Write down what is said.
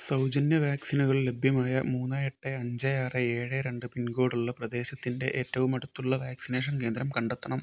സൗജന്യ വാക്സിനുകൾ ലഭ്യമായ മൂന്ന് എട്ട് അഞ്ച് ആറ് ഏഴ് രണ്ട് പിൻകോഡുള്ള പ്രദേശത്തിൻ്റെ ഏറ്റവും അടുത്തുള്ള വാക്സിനേഷൻ കേന്ദ്രം കണ്ടെത്തണം